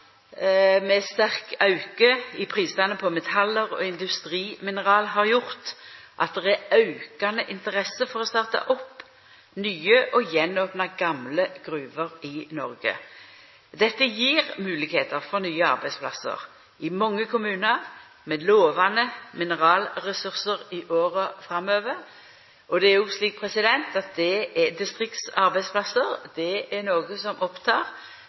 auke i prisane på metall og industrimineral har gjort at det er aukande interesse for å starta opp nye og å opna på nytt gamle gruver i Noreg. Dette gjev moglegheiter for nye arbeidsplassar i mange kommunar med lovande mineralressursar i åra framover. Det er jo slik at distriktsarbeidsplassar er noko som opptek både Senterpartiet, Arbeidarpartiet og SV, i tillegg til den understrekinga som